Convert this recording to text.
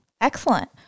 Excellent